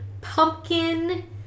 pumpkin